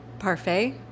Parfait